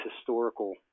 historical